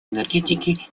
энергетики